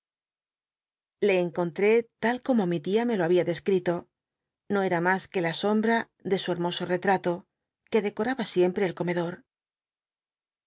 le eneon tté la como mi tia me lo babia descrito no era mas que la sombra de su hermoso rettato que dccotaba siempre el comedor